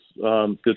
good